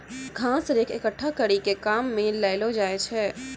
घास रेक एकठ्ठा करी के काम मे लैलो जाय छै